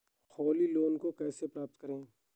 Holi loan को कैसे प्राप्त करें?